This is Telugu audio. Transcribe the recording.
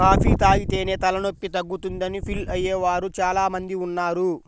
కాఫీ తాగితేనే తలనొప్పి తగ్గుతుందని ఫీల్ అయ్యే వారు చాలా మంది ఉన్నారు